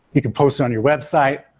you can post on your website.